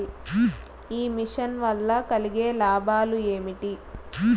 ఈ మిషన్ వల్ల కలిగే లాభాలు ఏమిటి?